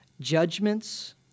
judgments